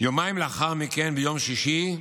יומיים לאחר מכן, ביום שישי,